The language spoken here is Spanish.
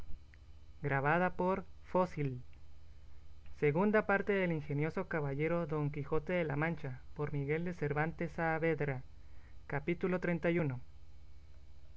libro de la segunda parte del ingenioso caballero don quijote de la mancha por miguel de cervantes saavedra